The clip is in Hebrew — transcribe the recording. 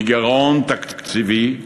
מגירעון תקציבי.